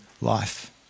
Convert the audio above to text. life